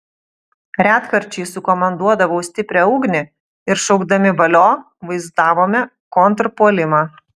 retkarčiais sukomanduodavau stiprią ugnį ir šaukdami valio vaizdavome kontrpuolimą